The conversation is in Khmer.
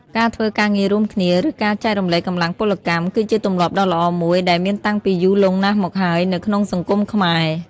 ការធ្វើការងាររួមគ្នា ឬការចែករំលែកកម្លាំងពលកម្ម គឺជាទម្លាប់ដ៏ល្អមួយដែលមានតាំងពីយូរលង់ណាស់មកហើយនៅក្នុងសង្គមខ្មែរ។